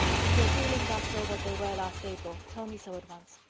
if your feelings are still what they were last april, tell me so at once.